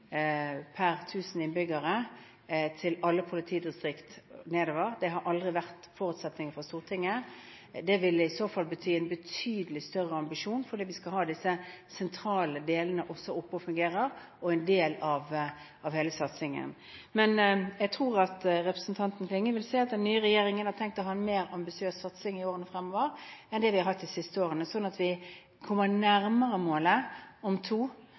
per tusen innbyggere til alle politidistrikter nedover – det har aldri vært forutsetningen fra Stortinget. Det ville i så fall bety en betydelig større ambisjon, for vi skal ha disse sentrale delene også oppe og fungere som en del av hele satsingen. Men jeg tror at representanten Klinge vil se at den nye regjeringen har tenkt å ha en mer ambisiøs satsing i årene fremover enn det vi har hatt de siste årene, sånn at vi kommer nærmere målet om to